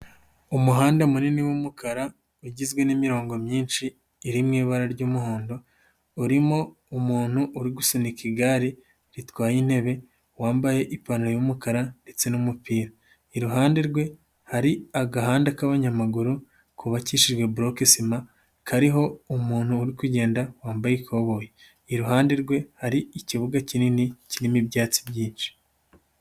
Umuhanda munini w'umukara ugizwe n'imirongo myinshi iri mu ibara ry'umuhondo, urimo umuntu uri gusunika igare ritwaye intebe wambaye ipantaro y'umukara ndetse n'umupira, iruhande rwe hari agahanda k'abanyamaguru kubabakishijwe buroke sima kariho umuntu uri kugenda wambaye ikoboyi, iruhande rwe hari ikibuga kinini kirimo ibyatsi byinshi.